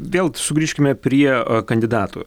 vėl sugrįžkime prie kandidatų